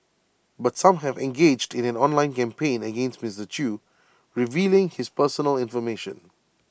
but some have engaged in an online campaign against Mister chew revealing his personal information